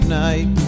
night